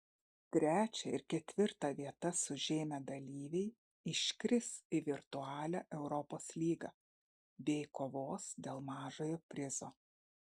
trečią ir ketvirtą vietas užėmę dalyviai iškris į virtualią europos lygą bei kovos dėl mažojo prizo